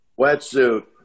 Wetsuit